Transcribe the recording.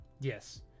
yes